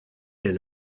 est